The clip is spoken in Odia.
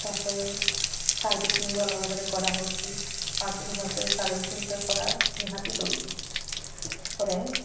ତା'ପରେ ସାର୍ଭିସିଂ ଭଲ ଭାବରେ କରାହଉଛି ଭାଦ୍ରବ ମାସରେ ସାର୍ଭିସିଂଟା କରା ନିହାତି ଜରୁରୀ ତା'ପରେ